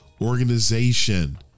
organization